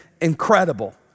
incredible